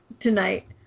tonight